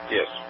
Yes